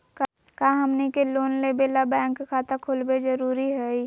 का हमनी के लोन लेबे ला बैंक खाता खोलबे जरुरी हई?